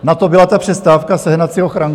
Na to byla ta přestávka, sehnat si ochranku?